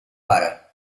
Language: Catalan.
pare